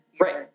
Right